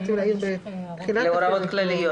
הוראות כלליות